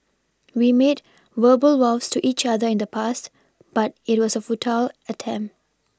we made verbal vows to each other in the past but it was a futile attempt